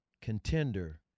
contender